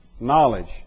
knowledge